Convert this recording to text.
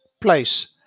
place